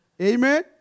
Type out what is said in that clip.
Amen